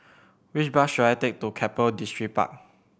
which bus should I take to Keppel Distripark